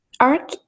ARC